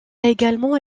également